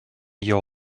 your